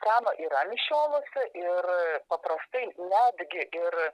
seno yra mišiolose ir paprastai netgi ir